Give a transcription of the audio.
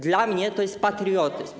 Dla mnie to jest patriotyzm.